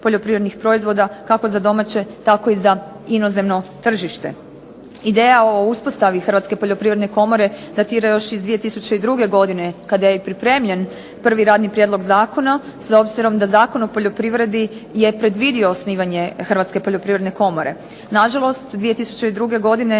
Hrvatske poljoprivredne komore